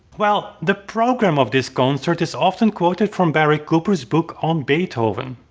well, the program of this concert is often quoted from barry cooper's book on beethoven.